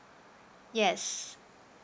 yes